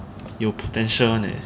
有 potential [one] eh